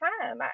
time